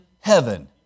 heaven